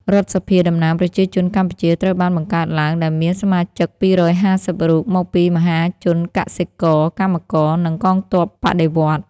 រដ្ឋសភាតំណាងប្រជាជនកម្ពុជាត្រូវបានបង្កើតឡើង ដែលមានសមាជិក ២៥០ រូប មកពីមហាជនកសិករ កម្មករ និងកងទ័ពបដិវត្តន៍។